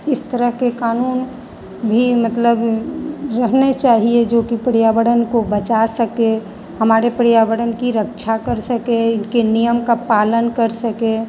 इस तरह के कानून भी मतलब रहने चाहिए जोकि पर्यावरण को बचा सकें हमारे पर्यावरण की रक्षा कर सकें उनके नियम का पालन कर सकें